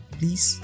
please